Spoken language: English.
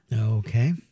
Okay